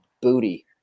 booty